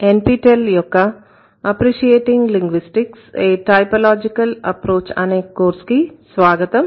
N P tell యొక్క " appreciating linguistics a typological approach " అనే course కి స్వాగతం